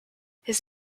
his